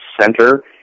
center